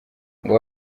ngo